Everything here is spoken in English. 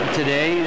today